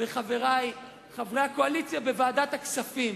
חברי חברי הקואליציה בוועדת הכספים,